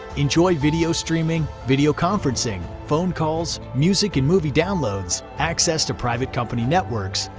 enjoy video streaming, video conferencing, phone calls, music and movie downloads, access to private company networks,